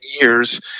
years